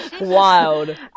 Wild